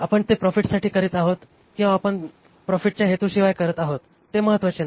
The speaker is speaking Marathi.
आपण ते प्रॉफिटसाठी करीत आहोत किंवा आपण प्रॉफिटच्या हेतूशिवाय करत आहोत ते महत्वाचे नाही